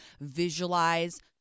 visualize